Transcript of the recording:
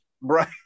Right